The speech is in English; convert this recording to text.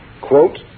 Quote